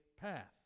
path